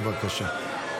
בבקשה.